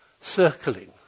circling